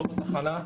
אצלו בתחנה.